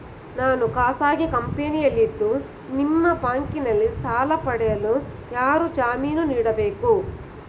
ನಾನು ಖಾಸಗಿ ಕಂಪನಿಯಲ್ಲಿದ್ದು ನಿಮ್ಮ ಬ್ಯಾಂಕಿನಲ್ಲಿ ಸಾಲ ಪಡೆಯಲು ಯಾರ ಜಾಮೀನು ಕೊಡಬೇಕು?